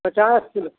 पचास किलो